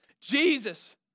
Jesus